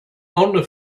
only